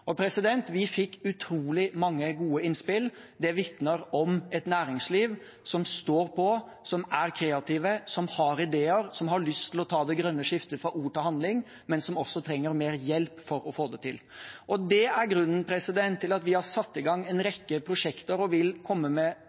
Vi fikk utrolig mange gode innspill. Det vitner om et næringsliv som står på, som er kreative, som har ideer, og som har lyst til å ta det grønne skiftet fra ord til handling, men som også trenger mer hjelp til å få det til. Det er grunnen til at vi har satt i gang en rekke prosjekter og vil komme med